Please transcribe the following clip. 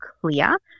clear